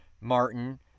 Martin